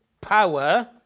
power